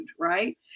right